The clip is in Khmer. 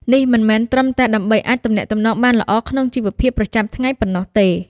នេះមិនមែនត្រឹមតែដើម្បីអាចទំនាក់ទំនងបានល្អក្នុងជីវភាពប្រចាំថ្ងៃប៉ុណ្ណោះទេ។